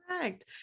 Correct